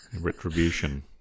Retribution